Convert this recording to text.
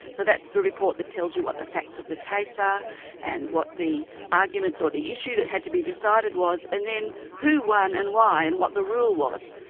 so that's the report that tells you what the facts of the case are and what the arguments or the issue that had to be decided was, and then who won and why, and what the rule was.